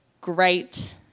great